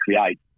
create